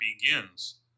begins